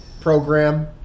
program